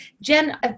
Jen